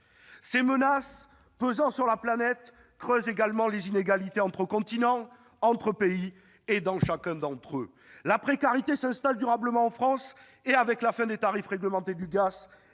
Ces menaces pesant sur la planète creusent également les inégalités entre continents, entre pays et dans chacun d'entre eux. La précarité s'installe durablement en France, et avec la fin des tarifs réglementés du gaz